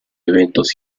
eventos